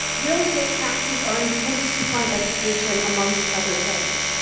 real estate taxes are intended to fund education amongst other things